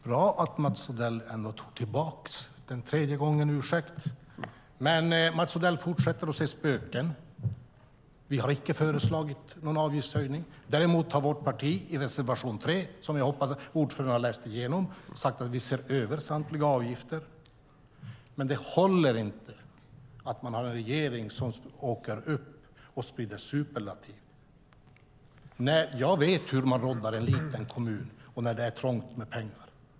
Herr talman! Det är bra att Mats Odell kom med en tredje ursäkt, men han fortsätter att se spöken. Vi har icke föreslagit någon avgiftshöjning. Däremot har vårt parti i reservation 3, som jag hoppas att ordföranden läst igenom, sagt att vi ser över samtliga avgifter. Det håller inte att vi har en regering som åker upp och sprider superlativ. Jag vet hur man råddar i en liten kommun och när det är ont om pengar.